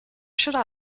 should